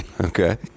Okay